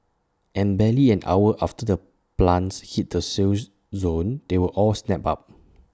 and barely an hour after the plants hit the sale zone they were all snapped up